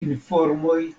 informoj